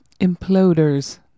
Imploders